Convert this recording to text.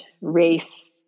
race